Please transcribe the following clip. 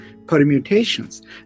permutations